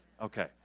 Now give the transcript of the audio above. Okay